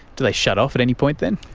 do they shut off at any point then?